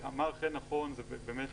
אמר חן נכון, ובאמת